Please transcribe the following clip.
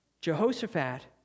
Jehoshaphat